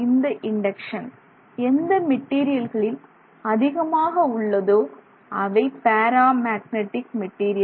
இந்த இண்டக்சன் எந்த மெட்டீரியல்களில் அதிகமாக உள்ளதோ அவை பேரா மேக்னடிக் மெட்டீரியல்கள்